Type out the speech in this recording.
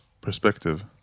perspective